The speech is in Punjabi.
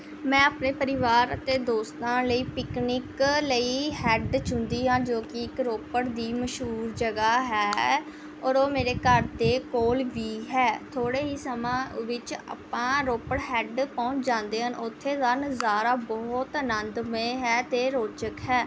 ਮੈਂ ਆਪਣੇ ਪਰਿਵਾਰ ਅਤੇ ਦੋਸਤਾਂ ਲਈ ਪਿਕਨਿਕ ਲਈ ਹੈੱਡ ਚੁਣਦੀ ਹਾਂ ਜੋ ਕਿ ਇੱਕ ਰੋਪੜ ਦੀ ਮਸ਼ਹੂਰ ਜਗ੍ਹਾ ਹੈ ਔਰ ਉਹ ਮੇਰੇ ਘਰ ਦੇ ਕੋਲ ਵੀ ਹੈ ਥੋੜ੍ਹੇ ਹੀ ਸਮਾਂ ਵਿੱਚ ਆਪਾਂ ਰੋਪੜ ਹੈੱਡ ਪਹੁੰਚ ਜਾਂਦੇ ਹਨ ਉੱਥੇ ਦਾ ਨਜ਼ਾਰਾ ਬਹੁਤ ਅਨੰਦਮਈ ਹੈ ਅਤੇ ਰੌਚਕ ਹੈ